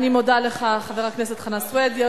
אני מודה לך, חבר הכנסת חנא סוייד.